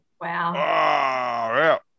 wow